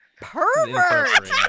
pervert